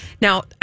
Now